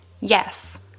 Yes